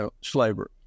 slavery